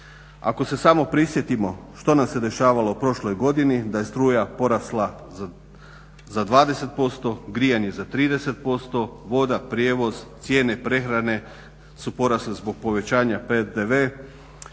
Ako se samo prisjetimo što nam se dešavalo u prošloj godini, da je struja porasla za 20%, grijanje za 30%, voda, prijevoz, cijene prehrane su porasle zbog povećanja PDV-a.